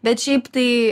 bet šiaip tai